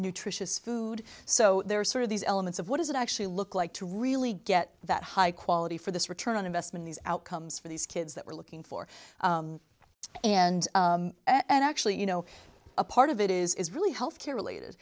nutritious food so there are sort of these elements of what does it actually look like to really get that high quality for this return on investment these outcomes for these kids that we're looking for and and actually you know a part of it is really health care related